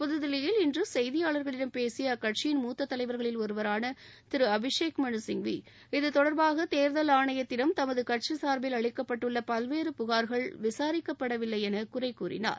புதுதில்லியில் இன்று செய்தியாளர்களிடம் பேசிய அக்கட்சியின் மூத்த தலைவர்களில் ஒருவரான திரு அபிஷேக் மனு சிங்வி இதுதொடர்பாக தேர்தல் ஆணையத்திடம் தமது கட்சி சார்பில் அளிக்கப்பட்டுள்ள பல்வேறு புகார்கள் விசாரிக்கப்படவில்லை என குறைகூறினார்